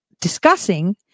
discussing